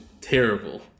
terrible